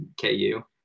KU